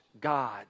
God